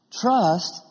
Trust